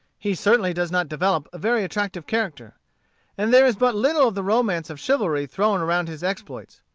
he certainly does not develop a very attractive character and there is but little of the romance of chivalry thrown around his exploits.